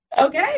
Okay